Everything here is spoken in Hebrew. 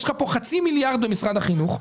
יש לך כאן חצי מיליארד במשרד החינוך,